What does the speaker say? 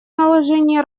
наложения